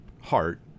heart